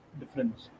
difference